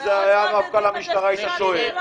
אם זה היה מפכ"ל המשטרה, היית שואל.